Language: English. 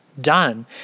done